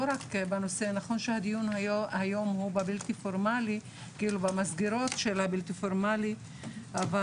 נכון שהיום הדיון הוא על המסגרות הבלתי פורמליות אבל,